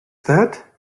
that